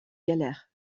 galère